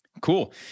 Cool